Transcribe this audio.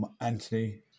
Anthony